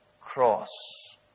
cross